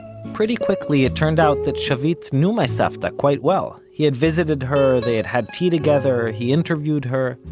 pretty quickly it turned out that shavit knew my savta quite well he had visited her, they had had tea together, he interviewed her,